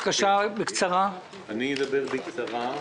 אדבר בקצרה.